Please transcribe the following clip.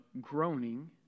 groaning